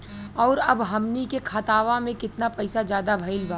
और अब हमनी के खतावा में कितना पैसा ज्यादा भईल बा?